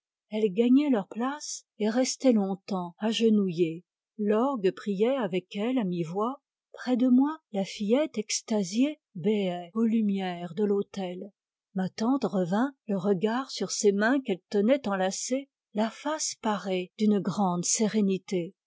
elles gagnaient leur place et restaient longtemps agenouillées l'orgue priait avec elles à mi-voix près de moi la fillette extasiée béait aux lumières de l'autel ma tante revint le regard sur ses mains qu'elle tenait entrelacées la face parée d'une grande sérénité